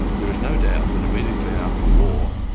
there is no doubt that immediately after the war,